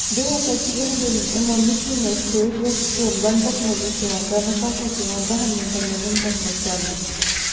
بیٚیہِ ہسا چھِ یِہِنٛدِ یِمَو مِشیٖنَو سۭتۍ یۄس کٲم گَنٹَس منٛز ٲسۍ یِوان کرنہٕ سۄ ہسا چھِ یِوان دَہن مِنٹَن یا مِنٹَس منٛز کرنہٕ